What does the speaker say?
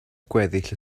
gweddill